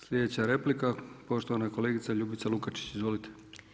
Slijedeća replika poštovana kolegica Ljubica Lukačić, izvolite.